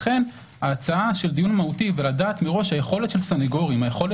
לכן ההצעה של דיון מהותי ולדעת מראש שהיכולת של תובעים,